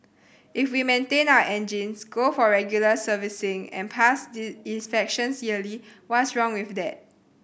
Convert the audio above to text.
if we maintain our engines go for regular servicing and pass the inspections yearly what's wrong with that